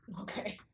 Okay